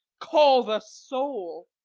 call'd a soul.